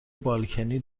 بالکنی